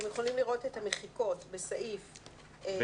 אתם יכולים לראות את המחיקות, בסעיף 29,